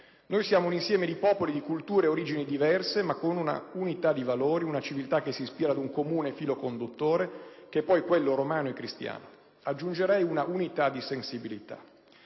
Noi siamo un insieme di popoli di culture e origini diverse ma con una unità di valori, una civiltà che si ispira ad un comune filo conduttore, che è poi quello romano e cristiano; aggiungerei un'unità di sensibilità.